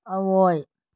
ꯑꯋꯣꯏ